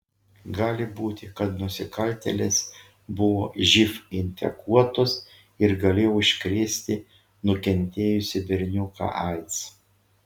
gali būti kad nusikaltėlės buvo živ infekuotos ir galėjo užkrėsti nukentėjusį berniuką aids